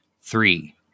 Three